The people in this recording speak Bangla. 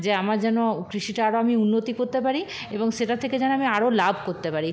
যে আমার যেন কৃষিটা আগামী উন্নতি করতে পারি এবং সেটার থেকে যেন আমি আরও লাভ করতে পারি